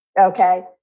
okay